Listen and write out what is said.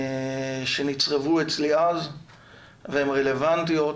שנצרבו אצלי אז והן רלוונטיות